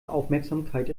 aufmerksamkeit